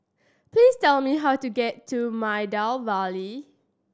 please tell me how to get to Maida Vale